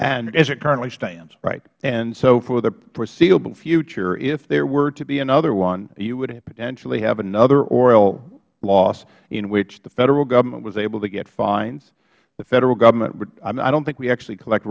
as it currently stands chairman issa and so for the foreseeable future if there were to be another one you would potentially have another oil loss in which the federal government was able to get fines the federal government would i don't think we actually collect